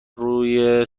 روی